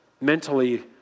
mentally